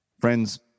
Friends